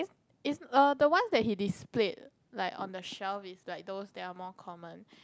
is a the one that he displayed like on the shelf is like those they are more common